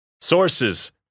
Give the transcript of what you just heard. Sources